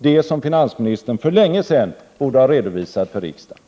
Det borde finansministern ha redovisat för riksdagen för länge sedan.